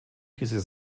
diese